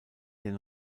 den